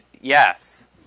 yes